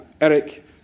Eric